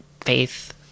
faith